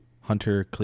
Hunter